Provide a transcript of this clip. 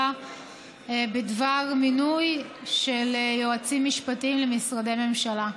בדבר מינוי של יועצים משפטיים למשרדי ממשלה.